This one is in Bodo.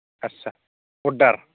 आथ्साअर्दार